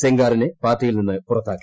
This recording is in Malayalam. സെങ്കാറിനെ പാർട്ടിയിൽ നിന്ന് പുറത്താക്കി